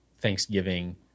Thanksgiving